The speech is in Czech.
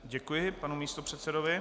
Děkuji, panu místopředsedovi.